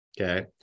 Okay